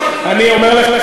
אני אומר לך,